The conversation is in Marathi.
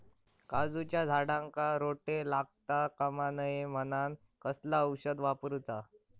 काजूच्या झाडांका रोटो लागता कमा नये म्हनान कसला औषध वापरूचा?